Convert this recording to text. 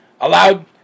allowed